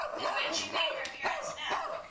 and when she made her appearance now,